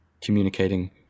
communicating